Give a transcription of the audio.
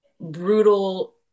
brutal